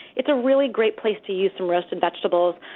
it's a really great place to use some roasted vegetables.